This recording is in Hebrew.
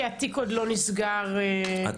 כי התיק עוד לא נסגר מול אותו רוצח.